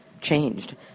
changed